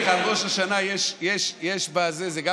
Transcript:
יש שתי